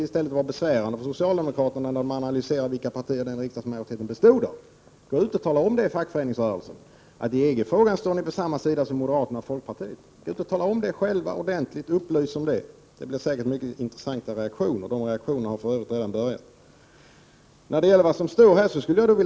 I stället borde det vara besvärande för socialdemokraterna när de gör en analys av vilka partier riksdagsmajoriteten bestod av. Gå ut och tala om för fackföreningsrörelsen att ni i EG-frågan står på samma sida som moderaterna och folkpartiet. Upplys ordentligt om den saken! Det blir säkert mycket intressanta reaktioner, reaktioner som för övrigt redan har börjat komma.